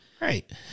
Right